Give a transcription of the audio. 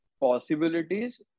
possibilities